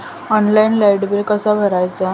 Online light bill कसा भरायचा?